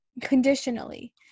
conditionally